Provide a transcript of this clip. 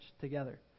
together